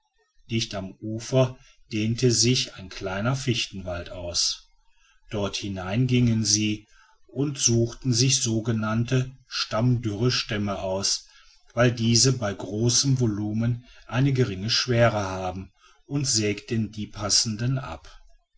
dicht am ufer dehnte sich ein kleiner fichtenwald aus dorthinein gingen sie und suchten sich sogenannte stammdürre stämme aus weil diese bei großem volumen eine geringe schwere haben und sägten die passenden ab